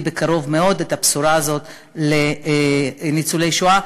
בקרוב מאוד את הבשורה הזאת לניצולי השואה,